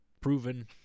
proven